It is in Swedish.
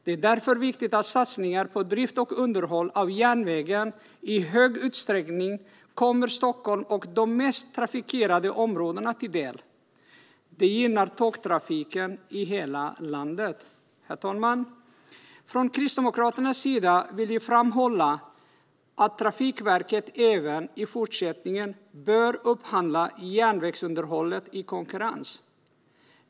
Det är därför viktigt att satsningar på drift och underhåll av järnvägen i hög utsträckning kommer Stockholm och de mest trafikerade områdena till del. Det gynnar tågtrafiken i hela landet. Herr talman! Från Kristdemokraternas sida vill vi framhålla att Trafikverket även i fortsättningen bör upphandla järnvägsunderhållet i konkurrens.